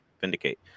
vindicate